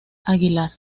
aguilar